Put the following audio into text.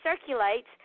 circulates